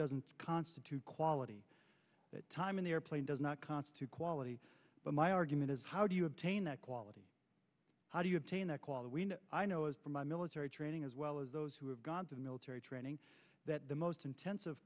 doesn't constitute quality time in the airplane does not constitute quality but my argument is how do you obtain that quality how do you obtain that i know it from my military training as well as those who have gone to military training that the most intens